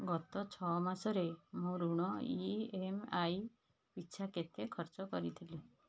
ଗତ ଛ ମାସରେ ମୁଁ ଋଣ ଇ ଏମ୍ ଆଇ ପିଛା କେତେ ଖର୍ଚ୍ଚ କରିଥିଲି